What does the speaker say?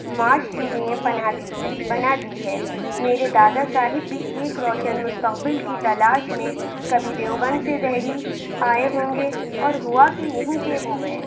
معاش کے لئے پناہ دی گئی بنا دی ہے میرے دادا صاحب بھی ایک روشن مستقبل کی تلاش میں کبھی دیوبند سے دہلی آئے ہوں گے اور ہُوا کہ یہیں کے ہو گئے